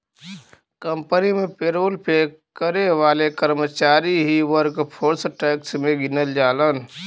company में payroll पे काम करे वाले कर्मचारी ही वर्कफोर्स टैक्स में गिनल जालन